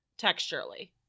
texturally